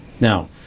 Now